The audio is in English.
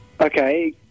Okay